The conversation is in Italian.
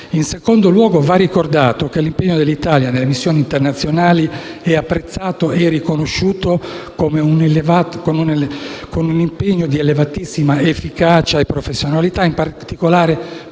multilaterale. Va ricordato che quello dell'Italia nelle missioni internazionali è apprezzato e riconosciuto come un impegno di elevatissima efficacia e professionalità, in particolare